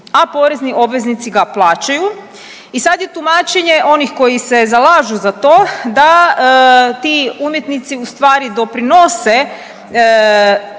a porezni obveznici ga plaćaju. I sad je tumačenje onih koji se zalažu za to da ti umjetnici ustvari doprinose